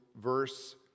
verse